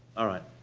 alright.